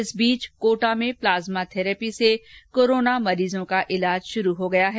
इस बीच कोटा में प्लाज्मा थैरेपी से कोरोना मरीजों का इलाज शुरू हो गया है